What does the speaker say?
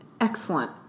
excellent